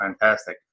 fantastic